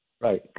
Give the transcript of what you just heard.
Right